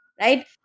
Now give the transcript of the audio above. right